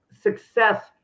success